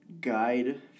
guide